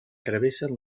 travessen